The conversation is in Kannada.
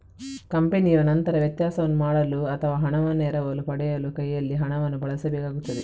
ಕಂಪನಿಯು ನಂತರ ವ್ಯತ್ಯಾಸವನ್ನು ಮಾಡಲು ಅಥವಾ ಹಣವನ್ನು ಎರವಲು ಪಡೆಯಲು ಕೈಯಲ್ಲಿ ಹಣವನ್ನು ಬಳಸಬೇಕಾಗುತ್ತದೆ